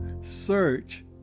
Search